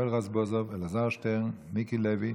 יואל רזבוזוב, אלעזר שטרן, מיקי לוי,